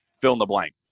fill-in-the-blank